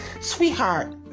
sweetheart